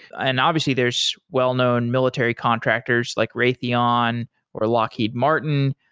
and obviously there's well-known military contractors like raytheon or lockheed martin,